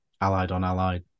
allied-on-allied